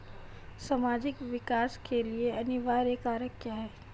सामाजिक विकास के लिए अनिवार्य कारक क्या है?